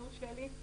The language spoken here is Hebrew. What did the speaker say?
אם יורשה לי,